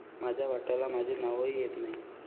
माझ्या वाट्याला माझे नावही येत नाही